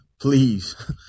Please